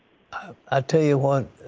i'll tell you what,